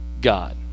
God